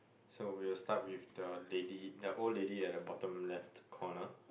so we will start with the lady the old lady at the bottom left corner